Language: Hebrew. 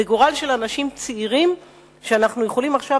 זה גורל של אנשים צעירים שאנחנו יכולים עכשיו